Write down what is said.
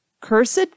cursed